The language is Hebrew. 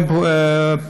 כמו כן,